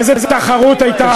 איזה תחרות הייתה?